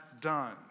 done